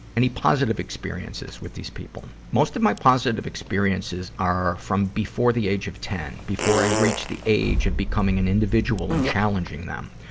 any positive experiences with these people? most of my positive experiences are from before the age of ten, before i reached the age of becoming an individual and challenging them.